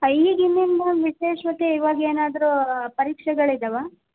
ಹಾಂ ಈಗ ಇನ್ನೇನು ಮ್ಯಾಮ್ ವಿಶೇಷತೆ ಇವಾಗ ಏನಾದರೂ ಪರೀಕ್ಷೆಗಳು ಇದವಾ